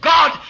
God